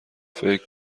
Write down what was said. فکر